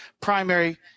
primary